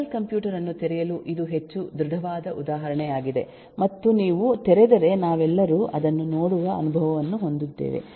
personal computer ಅನ್ನು ತೆರೆಯಲು ಇದು ಹೆಚ್ಚು ಧೃಡವಾದ ಉದಾಹರಣೆಯಾಗಿದೆ ಮತ್ತು ನೀವು ತೆರೆದರೆ ನಾವೆಲ್ಲರೂ ಅದನ್ನು ನೋಡುವ ಅನುಭವವನ್ನು ಹೊಂದಿದ್ದೇವೆ